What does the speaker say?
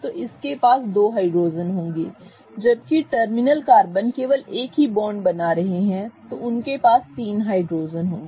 तो इसके पास दो हाइड्रोजन होंगे जबकि टर्मिनल कार्बन केवल एक ही बॉन्ड बना रहे हैं तो उनके पास तीन हाइड्रोजन होंगे